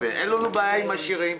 אין לנו בעיה עם עשירים.